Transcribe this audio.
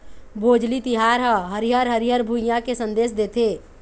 भोजली तिहार ह हरियर हरियर भुइंया के संदेस देथे